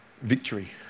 victory